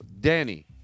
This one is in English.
Danny